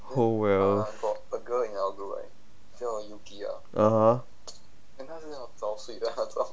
oh wells (uh huh)